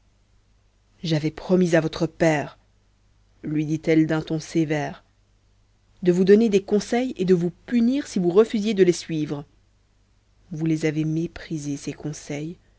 j'avais promis à votre père lui dit-elle d'un ton sévère de vous donner des conseils et de vous punir si vous refusiez de les suivre vous les avez méprisés ces conseils